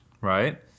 right